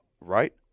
right